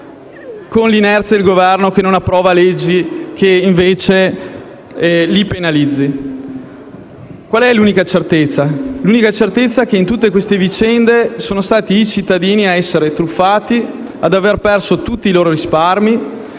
nell'inerzia del Governo che non approva leggi che invece li penalizzino. L'unica certezza è che in tutte queste vicende sono stati i cittadini a essere truffati, ad aver perso tutti i loro risparmi,